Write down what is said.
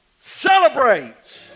celebrates